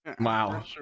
Wow